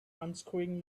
unscrewing